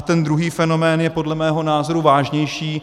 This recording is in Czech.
Ten druhý fenomén je podle mého názoru vážnější.